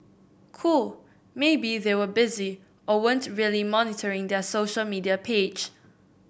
cool maybe they were busy or weren't really monitoring their social media page